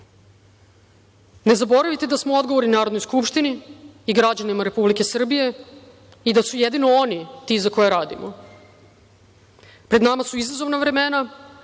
Ne zaboravite da smo odgovorni Narodnoj skupštini i građanima Republike Srbije i da su jedino oni ti za koje radimo. Pred nama su izazovna vremena,